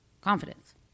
Confidence